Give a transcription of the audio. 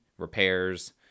repairs